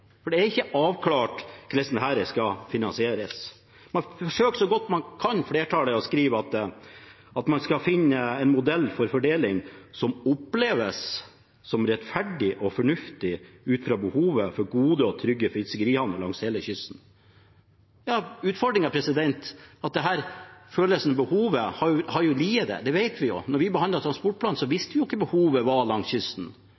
for det er ikke avklart hvordan dette skal finansieres. Flertallet forsøker så godt de kan, ved å skrive at man skal finne «en modell for fordeling som oppleves som rettferdig og fornuftig ut fra behovet for gode og trygge fiskerihavner langs hele kysten». Utfordringen ved dette, at følelsen og behovet har ligget der, det vet vi jo. Da vi behandlet transportplanen, visste vi hva behovet var langs kysten.